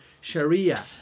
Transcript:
Sharia